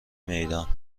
میدان